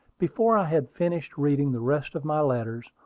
before i had finished reading the rest of my letters,